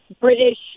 British